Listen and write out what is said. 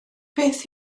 beth